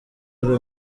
ari